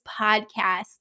podcast